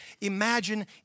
imagine